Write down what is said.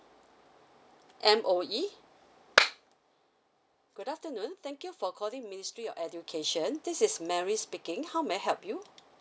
M_O_E good afternoon thank you for calling ministry of education this is mary speaking how may I help you